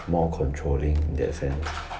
more controlling in that sense